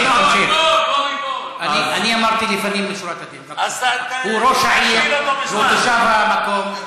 הוא ראש העיר והוא תושב המקום.